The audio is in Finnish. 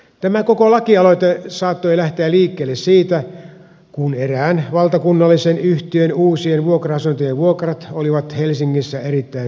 tämä koko lakialoite saattoi lähteä liikkeelle siitä kun erään valtakunnallisen yhtiön uusien vuokra asuntojen vuokrat olivat helsingissä erittäin suuret